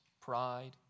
pride